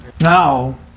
Now